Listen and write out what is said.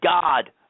god